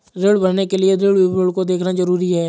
ऋण भरने के लिए ऋण विवरण को देखना ज़रूरी है